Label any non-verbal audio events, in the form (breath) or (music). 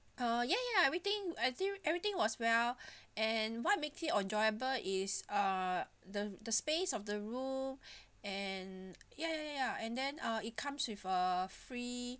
uh ya ya everything I think everything was well (breath) and what made it enjoyable is uh the the space of the room (breath) and ya ya ya ya and then uh it comes with a free